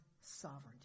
sovereignty